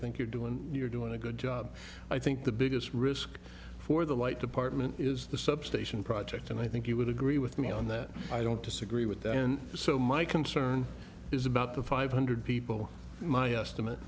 think you're doing you're doing a good job i think the biggest risk for the white department is the substation project and i think you would agree with me on that i don't disagree with that and so my concern is about the five hundred people in my estimate